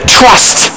trust